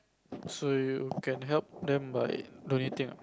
so you can help them by donating ah